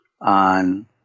on